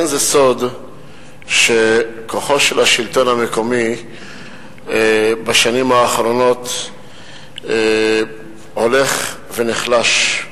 אין זה סוד שכוחו של השלטון המקומי בשנים האחרונות הולך ונחלש,